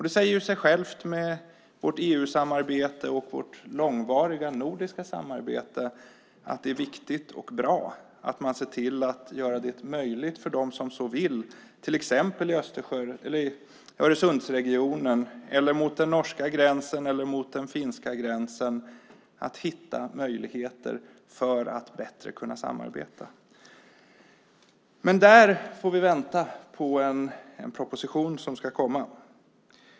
Det säger sig självt med vårt EU-samarbete och vårt långvariga nordiska samarbete att det är viktigt och bra att man ser till att göra det möjligt för dem som så vill - till exempel i Öresundsregionen, mot den norska gränsen eller mot den finska gränsen - att hitta möjligheter för att bättre kunna samarbeta. Men där får vi vänta på en proposition som ska komma.